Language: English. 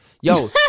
yo